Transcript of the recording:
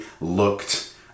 looked